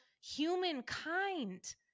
humankind